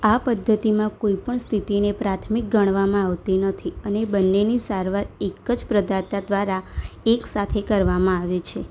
આ પદ્ધતિમાં કોઈ પણ સ્થિતિને પ્રાથમિક ગણવામાં આવતી નથી અને બન્નેની સારવાર એક જ પ્રદાતા દ્વારા એક સાથે કરવામાં આવે છે